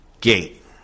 gate